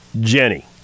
Jenny